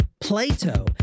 Plato